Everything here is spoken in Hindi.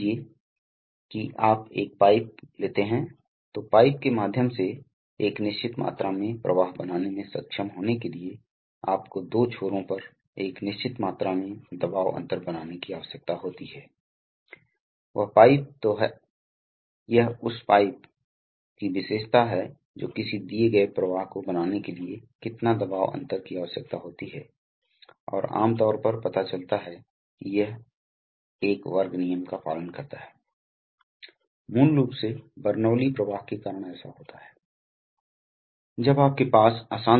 उसके बाद आपके पास आपके पास विभिन्न प्रकार के उपकरण हो सकते हैं उदाहरण के लिए इस मामले में हमने केवल एक दिशा नियंत्रण वाल्व दिखाया है जो एक और और हवा सिलेंडर को चलाने की कोशिश कर रहा है इसलिए यह एक यह एक बहुत ही विशिष्ट और सरल प्रणाली है लेकिन सामान्य तौर पर आपके पास विभिन्न प्रकार के उपकरण हो सकते हैं जैसे कि आपके पास हो सकते हैं